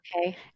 okay